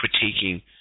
critiquing